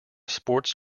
sports